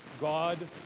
God